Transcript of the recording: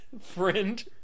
friend